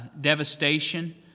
devastation